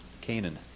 Canaan